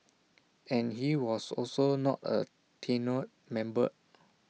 and he was also not A tenured member